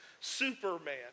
Superman